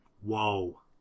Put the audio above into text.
Whoa